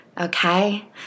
okay